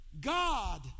God